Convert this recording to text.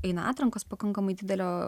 eina atrankos pakankamai didelio